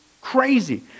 Crazy